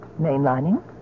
Mainlining